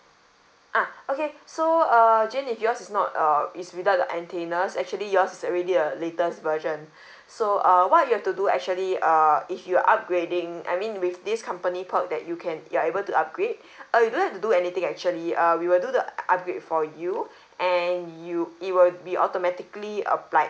ah okay so err jane if yours is not uh is without the antennas actually yours is already a latest version so uh what you have to do actually err if you're upgrading I mean with this company perk that you can you are able to upgrade uh you don't have to do anything actually uh we will do the up~ up~ upgrade for you and you it will be automatically applied